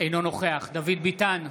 אינו נוכח דוד ביטן,